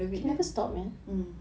I love it man mm